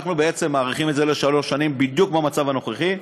אנחנו בעצם מאריכים את זה לשלוש שנים בדיוק במצב הנוכחי,